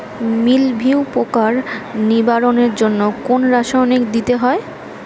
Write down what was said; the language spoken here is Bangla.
মিলভিউ পোকার নিবারণের জন্য কোন রাসায়নিক দিতে হয়?